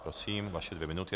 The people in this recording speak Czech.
Prosím, vaše dvě minuty.